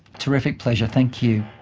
terrific pleasure, thank you.